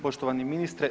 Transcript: Poštovani ministre.